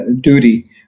duty